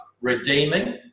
Redeeming